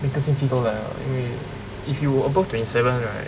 每个星期都来因为 if you above twenty seven right